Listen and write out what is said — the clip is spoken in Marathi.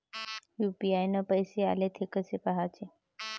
यू.पी.आय न पैसे आले, थे कसे पाहाचे?